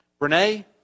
Brene